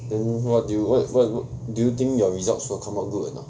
then what do you what what wh~ do you think your results will come out good anot